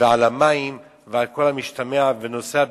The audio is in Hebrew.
ועל המים ועל כל המשתמע והנושא הביטחוני,